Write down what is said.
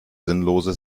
sinnlose